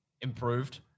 improved